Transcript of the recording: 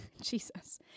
Jesus